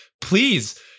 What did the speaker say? please